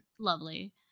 Lovely